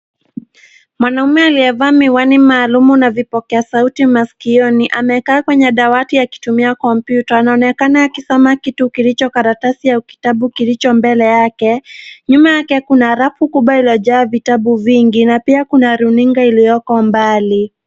Mwanaume aliyevaa miwani maalum na vipokea sauti masikioni amekaa kwenye dawati akitumia kompyuta. Anaonekana akisoma kitu kilicho karatasi au kitabu kilicho mbele yake. Nyuma yake kuna rafu kubwa iliyojaa vitabu vingi na pia kuna runinga iliyoko mbali.